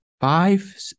Five